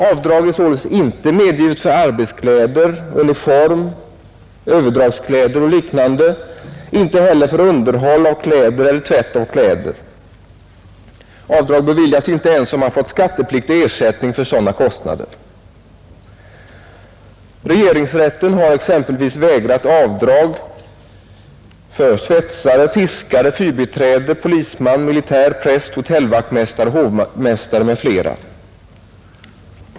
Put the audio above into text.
Avdrag är således inte medgivet för arbetskläder, uniform, överdragskläder och liknande, inte heller för underhåll av kläder eller tvätt av kläder. Avdrag beviljas inte ens om man fått skattepliktig ersättning för sådana kostnader. Regeringsrätten har exempelvis vägrat godkänna avdrag som gjorts av svetsare, fiskare, fyrbiträde, polisman, militär, präst, hotellvaktmästare, hovmästare m.fl.